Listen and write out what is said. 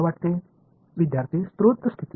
மூலத்தின் நிலை